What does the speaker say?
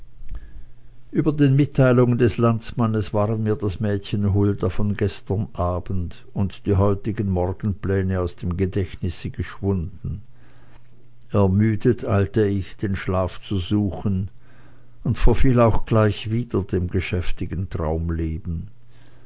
über den mitteilungen des landsmannes waren mir das mädchen hulda von gestern abend und die heutigen morgenpläne aus dem gedächtnisse geschwunden ermüdet eilte ich den schlaf zu suchen und verfiel auch gleich wieder dem geschäftigen